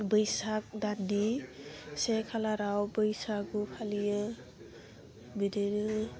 बैसाग दाननि से खालाराव बैसागु फालियो बिदिनो